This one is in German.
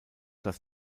das